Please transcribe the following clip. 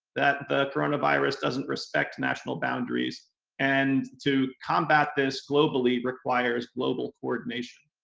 that the coronavirus doesn't respect national boundaries and to combat this globally requires global coordination.